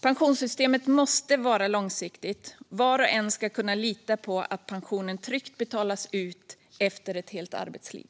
Pensionssystemet måste vara långsiktigt. Var och en ska kunna lita på att pensionen tryggt betalas ut efter ett helt arbetsliv.